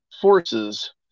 forces